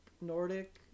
nordic